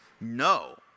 No